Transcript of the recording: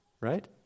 right